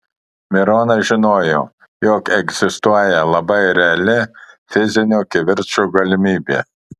mironas žinojo jog egzistuoja labai reali fizinio kivirčo galimybė